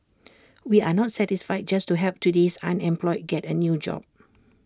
we are not satisfied just to help today's unemployed get A new job